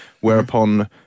whereupon